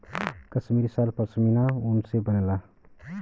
कसमीरी साल पसमिना ऊन से बनला